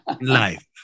life